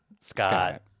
Scott